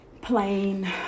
plain